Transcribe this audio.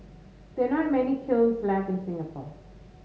there are not many kilns left in Singapore